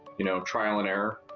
you know, trial and error,